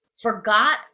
forgot